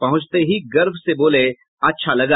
पहंचते ही गर्व से बोले अच्छा लगा